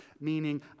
meaning